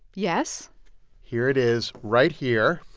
yes here it is right here.